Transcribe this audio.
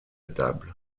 table